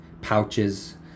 pouches